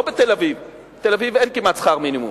לא בתל-אביב, בתל-אביב אין כמעט שכר מינימום,